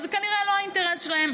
שזה כנראה לא האינטרס שלהם.